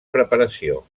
preparació